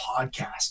podcast